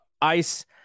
ice